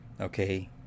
okay